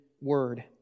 Word